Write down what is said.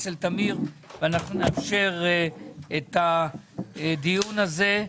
ואנחנו נאפשר את הדיון הזה.